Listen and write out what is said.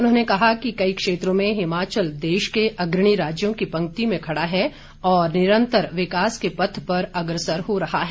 उन्होंने कहा कि कई क्षेत्रों में हिमाचल देश के अग्रणी राज्यों की पंक्ति में खड़ा है और निरंतर विकास के पथ पर अग्रसर हो रहा है